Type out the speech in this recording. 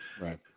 Right